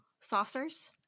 Saucers